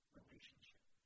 relationship